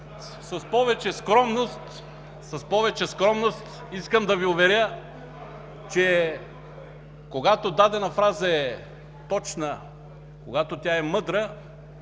с повече скромност искам да Ви уверя, че когато дадена фраза е точна, когато тя е мъдра,